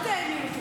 נתקבל.